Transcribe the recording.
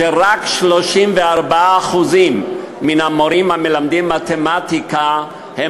שרק 34% מן המורים המלמדים מתמטיקה הם